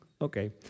Okay